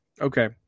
Okay